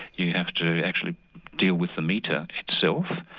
you have to actually deal with the metre itself,